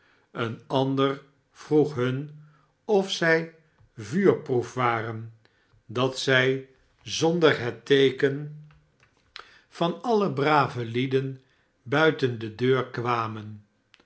een ander vroeg hun of zij vuurproef waren dat zij zonder het teeken van alle i rave lieden buiten de deur kwamen